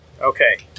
Okay